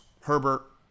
Herbert